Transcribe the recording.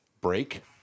break